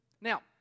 Now